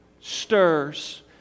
stirs